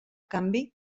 canvi